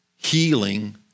healing